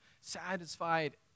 satisfied